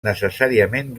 necessàriament